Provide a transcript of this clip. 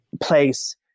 place